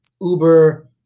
Uber